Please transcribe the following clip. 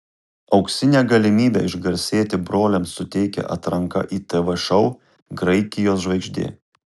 auksinę galimybę išgarsėti broliams suteikia atranka į tv šou graikijos žvaigždė